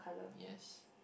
yes